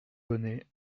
bonnet